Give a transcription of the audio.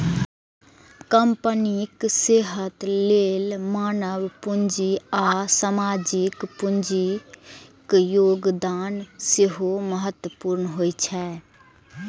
कंपनीक सेहत लेल मानव पूंजी आ सामाजिक पूंजीक योगदान सेहो महत्वपूर्ण होइ छै